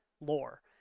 lore